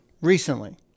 recently